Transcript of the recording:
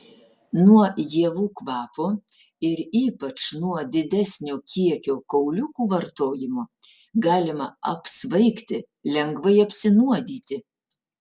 nuo ievų kvapo ir ypač nuo didesnio kiekio kauliukų vartojimo galima apsvaigti lengvai apsinuodyti